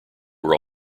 were